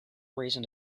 reason